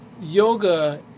yoga